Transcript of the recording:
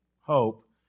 hope